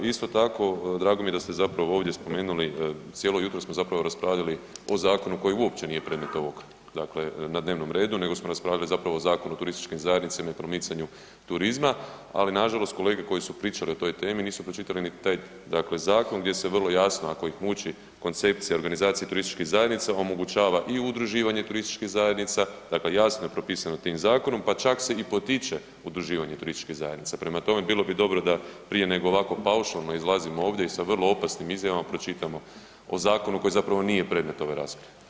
Isto tako, drago mi je da ste zapravo ovdje spomenuli, cijelo jutro smo zapravo raspravljali o zakonu koji uopće nije predmet ovog, dakle na dnevnom redu, nego smo raspravljali zapravo o Zakonu o turističkim zajednicama i promicanju turizma, ali nažalost kolege koji su pričali o toj temi nisu pročitali ni taj zakon gdje se vrlo jasno, ako ih muči koncepcija i organizacija turističkih zajednica omogućava i udruživanje turističkih zajednica, dakle jasno je propisano tim zakonom, pa čak se i potiče udruživanje turističkih zajednica, prema tome, bilo bi dobro da prije nego ovako paušalno izlazimo ovdje i sa vrlo opasnim izjavama, pročitamo o zakonu koji zapravo nije predmet ove rasprave, ali je eto